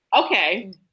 Okay